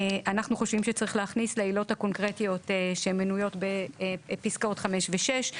אנחנו חושבים שצריך להכניס לעילות הקונקרטיות שמנויות בפסקאות 5 ו-6,